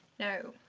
no.